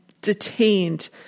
detained